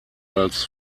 als